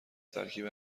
ترکیب